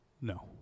No